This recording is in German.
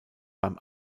beim